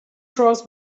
cross